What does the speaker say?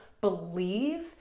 believe